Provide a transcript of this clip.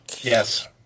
yes